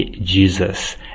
Jesus